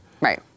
Right